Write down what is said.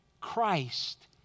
Christ